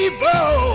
Evil